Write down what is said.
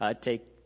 take